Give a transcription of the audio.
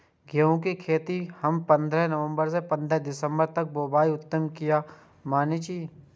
गेहूं के खेती हम पंद्रह नवम्बर से पंद्रह दिसम्बर तक बुआई उत्तम किया माने जी?